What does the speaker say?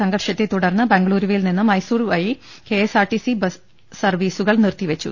സംഘർഷത്തെ തുടർന്ന് ബംഗളുരുവിൽ നിന്ന് മൈസൂർ വഴി കെ എസ് ആർ ടിസി സർവീസുകൾ നിർത്തിവെച്ചു